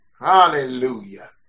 Hallelujah